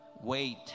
Wait